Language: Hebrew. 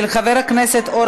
לא עברה.